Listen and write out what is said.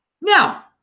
Now